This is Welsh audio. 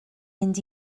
mynd